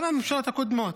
גם הממשלות הקודמות